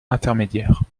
intermédiaires